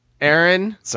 Aaron